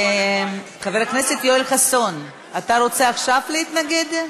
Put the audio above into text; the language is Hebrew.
חבר הכנסת יואל חסון, אתה רוצה עכשיו להתנגד?